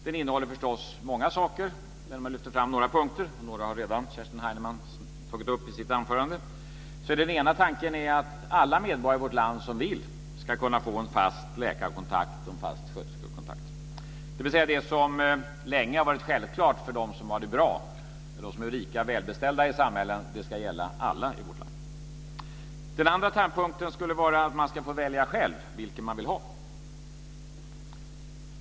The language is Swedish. Den innehåller förstås många saker, och jag vill lyfta fram några saker. Några har Kerstin Heinemann redan tagit upp i sitt anförande. Den ena tanken är att alla medborgare i vårt land som vill ska kunna få en fast läkarkontakt och en fast sköterskekontakt, dvs. att det som länge har varit självklart för dem som har det bra, de som är rika och välbeställda i samhället, ska gälla alla i vårt land. Den andra ståndpunkten skulle vara att man skulle få välja själv vilken man vill ha.